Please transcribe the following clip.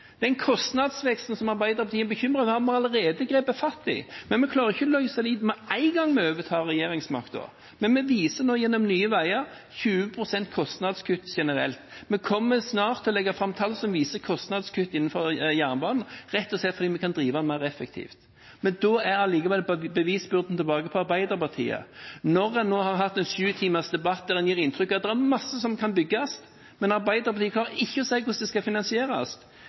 Den kostnadsveksten som Arbeiderpartiet er bekymret for, har vi allerede grepet fatt i. Vi klarer ikke å løse det med en gang vi overtar regjeringsmakten, men vi viser nå gjennom Nye Veier 20 pst. kostnadskutt generelt. Vi kommer snart til å legge fram tall som viser kostnadskutt innenfor jernbanen, rett og slett fordi vi kan drive den mer effektivt. Men da er allikevel bevisbyrden tilbake på Arbeiderpartiet. Når en nå har hatt en sju timers debatt der en gir inntrykk av at det er masse som kan bygges, men Arbeiderpartiet ikke klarer å si hvordan det skal finansieres,